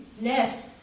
left